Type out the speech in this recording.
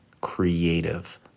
creative